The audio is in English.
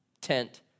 tent